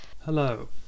Hello